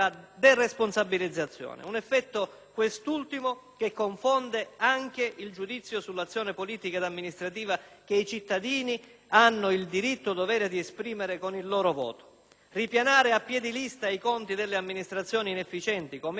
quest'ultimo che confonde anche il giudizio sull'azione politica e amministrativa che i cittadini hanno il diritto‑dovere di esprimere con il loro voto. Ripianare a piè di lista i conti delle amministrazioni inefficienti, come accaduto con il criterio della spesa storica,